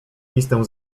listę